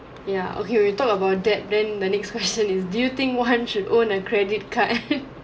ya okay we talk about that then the next question is do you think one should own a credit card